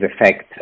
effect